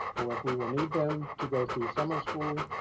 or if we will need them to go through summer school,